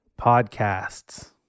podcasts